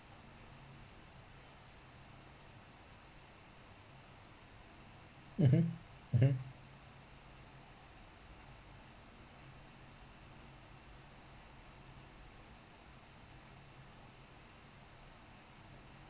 mmhmm mmhmm